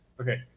Okay